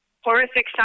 horrific